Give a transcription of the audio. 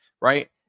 right